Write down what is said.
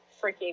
freaking